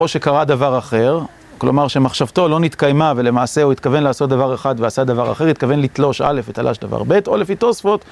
או שקרה דבר אחר, כלומר שמחשבתו לא נתקיימה ולמעשה הוא התכוון לעשות דבר אחד ועשה דבר אחר, התכוון לתלוש א', ותלש דבר ב', או לפי תוספות.